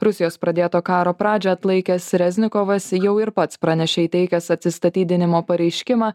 rusijos pradėto karo pradžią atlaikęs reznikovas jau ir pats pranešė įteikęs atsistatydinimo pareiškimą